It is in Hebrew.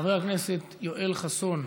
חבר הכנסת יואל חסון.